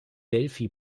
delphi